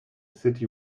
city